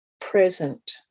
present